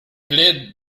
plaide